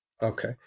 Okay